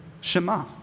shema